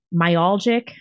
myalgic